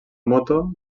moto